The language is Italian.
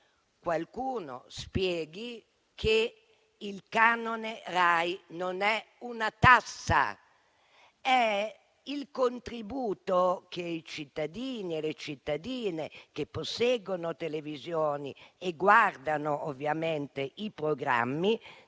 qualcuno spieghi che il canone RAI non è una tassa, ma il contributo dei cittadini e delle cittadine che posseggono televisioni e guardano i programmi